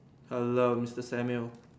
hello Mister Samuel